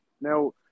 now